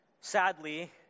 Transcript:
Sadly